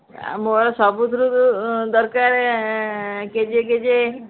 ଆଉ ମୋର ସବୁଥିରୁ ଦରକାର କେଜିଏ କେଜିଏ